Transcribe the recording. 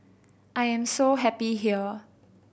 I am so happy here